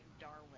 Darwin